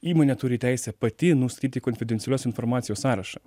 įmonė turi teisę pati nustatyti konfidencialios informacijos sąrašą